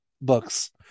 books